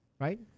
right